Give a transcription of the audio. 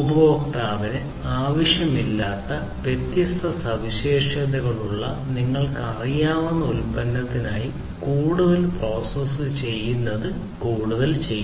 ഉപഭോക്താവിന് ആവശ്യമില്ലാത്ത വ്യത്യസ്ത സവിശേഷതകളുള്ള നിങ്ങൾക്ക് അറിയാവുന്ന ഉൽപ്പന്നത്തിനായി കൂടുതൽ പ്രോസസ്സ് ചെയ്യുന്നത് കൂടുതൽ പ്രോസസ് ചെയ്യുന്നു